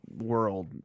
world